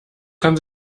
kann